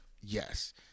yes